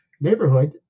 neighborhood